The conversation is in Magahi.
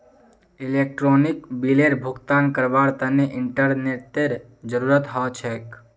इलेक्ट्रानिक बिलेर भुगतान करवार तने इंटरनेतेर जरूरत ह छेक